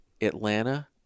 Atlanta